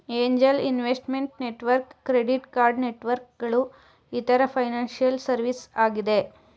angel investment network, credit card networks ಗಳು ಇತರ financial service ಆಗಿದೆ